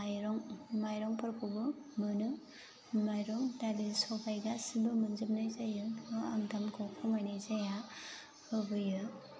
माइरं माइरंफोरखौबो मोनो माइरं दालि सबाय गासिबो मोनजोबनाय जायो आं दामखौ खमायनाय जाया होबोयो